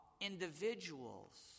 individuals